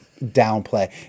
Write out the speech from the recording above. downplay